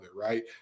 right